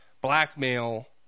blackmail